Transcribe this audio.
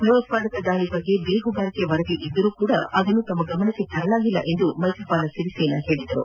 ಭಯೋತ್ಪಾದಕ ದಾಳಿಯ ಬಗ್ಗೆ ಬೇಹುಗಾರಿಕಾ ವರದಿ ಇದ್ದರೂ ಅದನ್ನು ತಮ್ಮ ಗಮನಕ್ಕೆ ತರಲಾಗಿಲ್ಲ ಎಂದು ಮೈತ್ರಿಪಾಲ ಸಿರಿಸೇನಾ ಹೇಳಿದ್ದಾರೆ